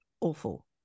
awful